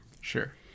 Sure